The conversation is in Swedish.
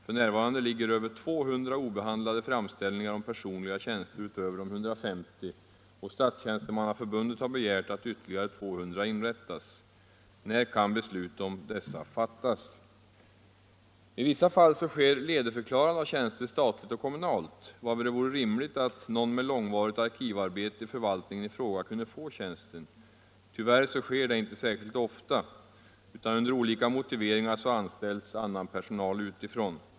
F.n. finns det över 200 obehandlade framställningar om personliga tjänster utöver de 150, och Statstjänstemannaförbundet har begärt att ytterligare 200 tjänster inrättas. När kan beslut om dessa fattas? I vissa fall sker ledigförklarande av tjänster statligt och kommunalt, varvid det vore rimligt att någon med långvarigt arkivarbete i förvaltningen i fråga kunde få tjänsten. Tyvärr sker detta inte särskilt ofta, utan under olika motiveringar anställs annan person utifrån.